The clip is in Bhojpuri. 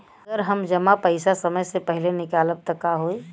अगर हम जमा पैसा समय से पहिले निकालब त का होई?